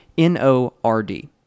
N-O-R-D